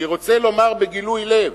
"אני רוצה לומר בגילוי לב"